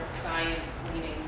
science-leaning